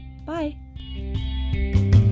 bye